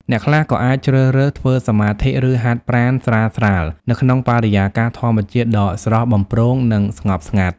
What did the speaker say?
អ្នកខ្លះក៏អាចជ្រើសរើសធ្វើសមាធិ ឬហាត់ប្រាណស្រាលៗនៅក្នុងបរិយាកាសធម្មជាតិដ៏ស្រស់បំព្រង និងស្ងប់ស្ងាត់។